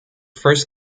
first